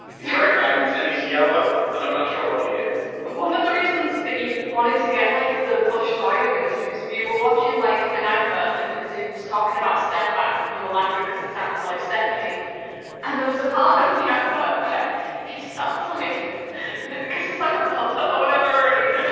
he's very famous and he's yellow and i'm not sure what he is. ah one of the reasons that you wanted to get like the plush toy of him is because of you were watching like an advert and because he was talking about stefan you were laughing because it sounded like stephanie and there was a part of the advert where he starts like but because he's like a puppet or whatever and he's